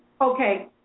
Okay